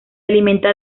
alimenta